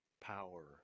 power